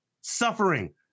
suffering